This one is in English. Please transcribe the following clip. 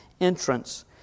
entrance